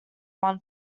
one